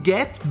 Get